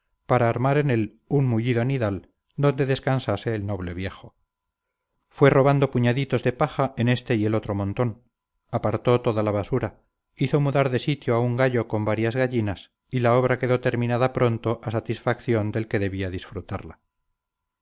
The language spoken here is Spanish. para armar en él un mullido nidal donde descansase el noble viejo fue robando puñaditos de paja en este y el otro montón apartó toda la basura hizo mudar de sitio a un gallo con varias gallinas y la obra quedó terminada pronto a satisfacción del que debía disfrutarla